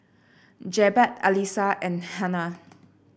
Jebat Alyssa and Hana